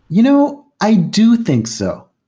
you know i do think so.